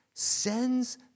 sends